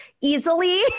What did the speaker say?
easily